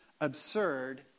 absurd